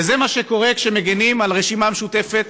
וזה מה שקורה כשמגינים על רשימה משותפת